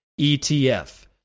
ETF